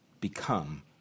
become